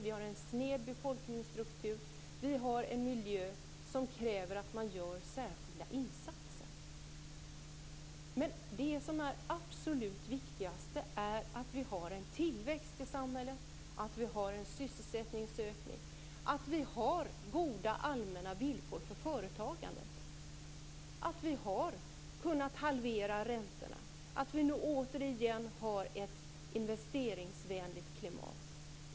Vi har en sned befolkningsstruktur. Vi har en miljö som kräver särskilda insatser. Det som är absolut viktigast är att vi har en tillväxt i samhället, att vi har en sysselsättningsökning, att vi har goda allmänna villkor för företagandet och att vi har kunnat halvera räntorna. Det är viktigt att vi nu återigen har ett investeringsvänligt klimat.